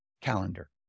calendar